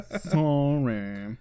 Sorry